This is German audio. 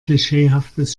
klischeehaftes